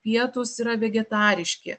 pietūs yra vegetariški